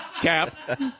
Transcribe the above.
Cap